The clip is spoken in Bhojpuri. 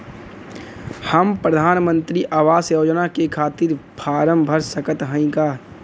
हम प्रधान मंत्री आवास योजना के खातिर फारम भर सकत हयी का?